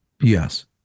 yes